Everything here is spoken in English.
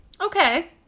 Okay